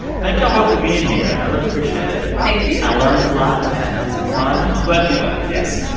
thank y'all both for being here. i really appreciate it thank you i learned a lot, and i had some fun glad to be back yes.